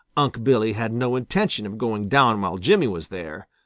unc' billy had no intention of going down while jimmy was there.